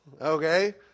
Okay